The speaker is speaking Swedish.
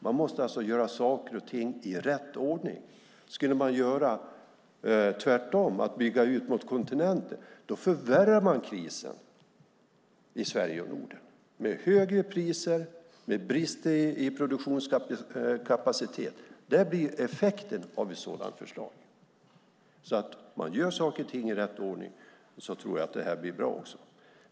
Man måste alltså göra saker och ting i rätt ordning. Om vi gör tvärtom och bygger ut mot kontinenten förvärrar det krisen i Sverige och Norden, med högre priser och brister i produktionskapaciteten. Det blir effekten av ett sådant förslag. Om man gör saker och ting i rätt ordning tror jag att det blir bra.